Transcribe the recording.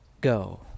go